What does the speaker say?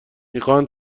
میخواهند